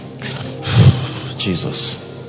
Jesus